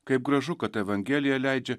kaip gražu kad evangelija leidžia